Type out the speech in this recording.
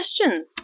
questions